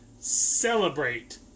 celebrate